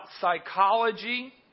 psychology